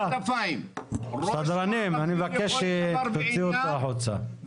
סדרנים, אני מבקש שתוציאו אותו החוצה.